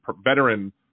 veteran